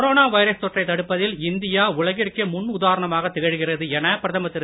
corona virus தொற்றைத் தடுப்பதில் India உலகிற்கே முன்னுதாரணமாகத் திகழ்கிறது என பிரதமர் திரு